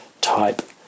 type